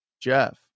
Jeff